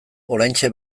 oraintxe